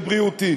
ובריאותית,